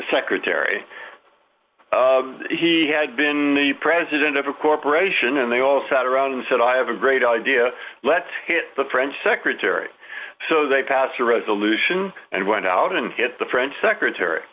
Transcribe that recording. secretary he had been the president of a corporation and they all sat around and said i have a great idea let's hit the french secretary so they passed a resolution and went out and hit the french secretary